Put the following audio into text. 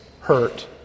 hurt